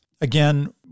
Again